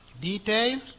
Detail